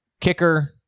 Kicker